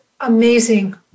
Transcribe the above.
amazing